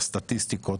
הסטטיסטיקות,